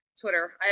Twitter